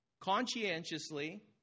Conscientiously